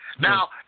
Now